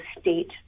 state